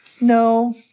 No